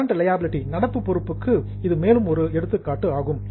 current liability நடப்பு பொறுப்புக்கு இது மேலும் ஒரு எடுத்துக்காட்டு ஆகும்